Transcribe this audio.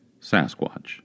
Sasquatch